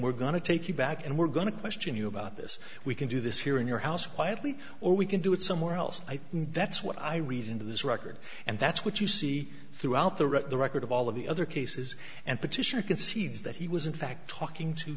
we're going to take you back and we're going to question you about this we can do this here in your house quietly or we can do it somewhere else and that's what i read into his record and that's what you see throughout the rest of the record of all of the other cases and petitioner concedes that he was in fact talking to